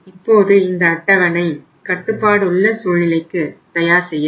இப்போது இந்த அட்டவணை கட்டுப்பாடுள்ள சூழ்நிலைக்கு தயார் செய்ய வேண்டும்